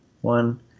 one